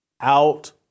out